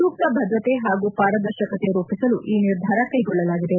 ಸೂಕ್ತ ಭದ್ರತೆ ಹಾಗೂ ಪಾರದರ್ಶಕತೆ ರೂಪಿಸಲು ಈ ನಿರ್ಧಾರ ಕೈಗೊಳ್ಳಲಾಗಿದೆ